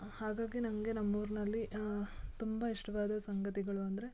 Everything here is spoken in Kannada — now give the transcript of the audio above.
ಹಾಗಾಗಿ ನನಗೆ ನಮ್ಮೂರಿನಲ್ಲಿ ತುಂಬ ಇಷ್ಟವಾದ ಸಂಗತಿಗಳು ಅಂದರೆ